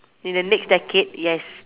in the next decade yes